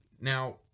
Now